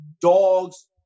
dogs